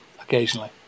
occasionally